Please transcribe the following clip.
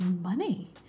money